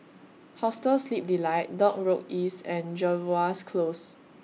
Hostel Sleep Delight Dock Road East and Jervois Close